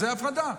זה הפרדה.